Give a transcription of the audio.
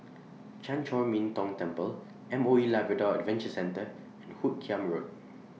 Chan Chor Min Tong Temple M O E Labrador Adventure Centre and Hoot Kiam Road